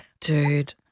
Dude